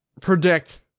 predict